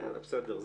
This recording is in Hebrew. כן, בסדר.